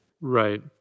Right